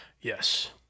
Yes